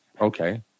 okay